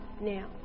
now